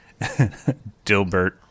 Dilbert